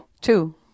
Two